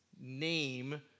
name